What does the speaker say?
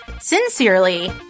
Sincerely